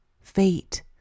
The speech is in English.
fate